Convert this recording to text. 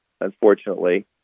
unfortunately